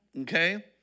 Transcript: okay